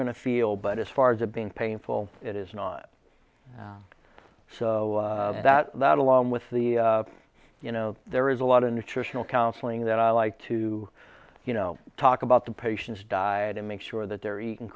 to feel but as far as a being painful it is not so that that along with the you know there is a lot in nutritional counseling that i like to you know talk about the patients diet and make sure that they're eating